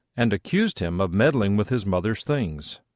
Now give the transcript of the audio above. and accused him of meddling with his mother's things.